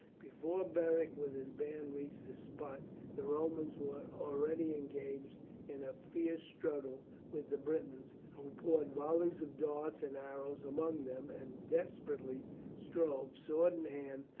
before beric with his band reached the spot the romans were already engaged in a fierce struggle with the britons, who poured volleys of darts and arrows among them, and desperately strove, sword in hand,